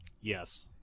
yes